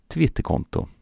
Twitterkonto